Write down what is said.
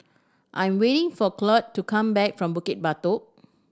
I'm waiting for Cloyd to come back from Bukit Batok